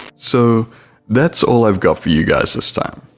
so that's all i've got for you guys this time,